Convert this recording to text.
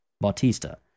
Bautista